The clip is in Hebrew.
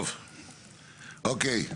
טוב, אוקיי.